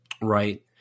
Right